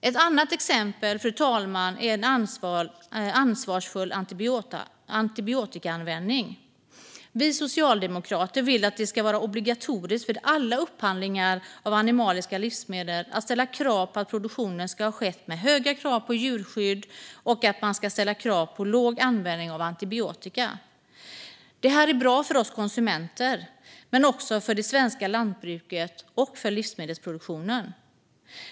Ett annat exempel, fru talman, är en ansvarsfull antibiotikaanvändning. Vi socialdemokrater vill att det ska vara obligatoriskt vid alla upphandlingar av animaliska livsmedel att ställa krav på att produktionen ska ha skett med höga krav på djurskydd och att man ska ställa krav på låg användning av antibiotika. Detta är bra för oss konsumenter men också för det svenska lantbruket och för livsmedelsproduktionen.